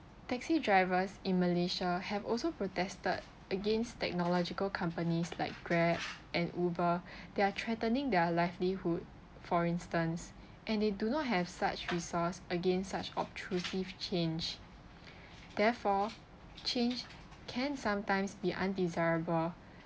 taxi drivers in malaysia have also protested against technological companies like grab and uber they are threatening their livelihood for instance and they do not have such resource against such obtrusive change therefore change can sometimes be undesirable